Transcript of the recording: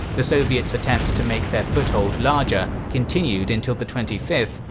the soviets' attempts to make their foothold larger continued until the twenty fifth,